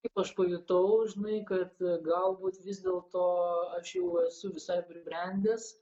kaip aš pajutau žinai kad galbūt vis dėlto aš jau esu visai pribrendęs